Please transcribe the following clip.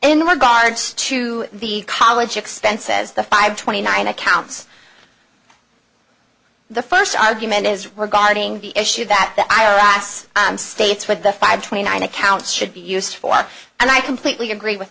in regard to the college expenses the five twenty nine accounts the first argument is regarding the issue that the i r s states with the five twenty nine account should be used for and i completely agree with